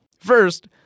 First